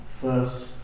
first